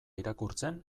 irakurtzen